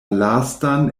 lastan